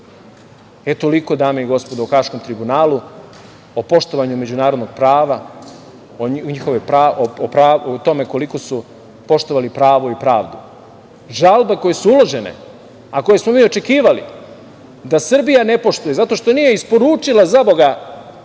tela. Toliko, dame i gospodo, o Haškom tribunalu, o poštovanju međunarodnog prava, o tome koliko su poštovali pravo i pravdu. Žalbe koje su uložene, a koje smo mi očekivali da Srbija ne poštuje zato što nije isporučila zaboga